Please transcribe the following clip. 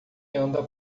anda